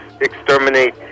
exterminate